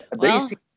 basic